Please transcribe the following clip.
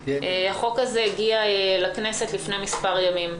החוק הזה הגיע לכנסת לפני מספר ימים.